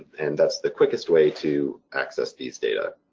and that's the quickest way to access these data.